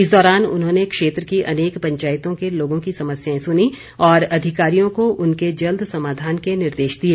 इस दौरान उन्होंने क्षेत्र की अनेक पंचायतों के लोगों की समस्याए सुनी और अधिकारियों को उनके जल्द समाधान के निर्देश दिए